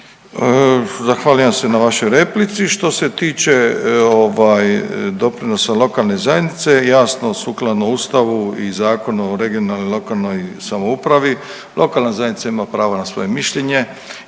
Zahvaljujem se na vašoj replici. Što se tiče ovaj doprinosa lokalne zajednice, jasno sukladno Ustavu i Zakonu o regionalnoj i lokalnoj samoupravi lokalna zajednica ima pravo na svoje mišljenje,